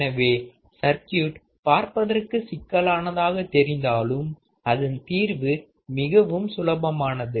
எனவே சர்க்யூட் பார்ப்பதற்கு சிக்கலானதாக தெரிந்தாலும்அதன் தீர்வு மிகவும் சுலபமானது